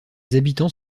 habitants